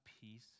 peace